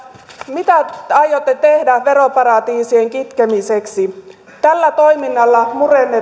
mitä aiotte tehdä veroparatiisien kitkemiseksi tällä toiminnalla